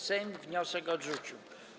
Sejm wniosek odrzucił.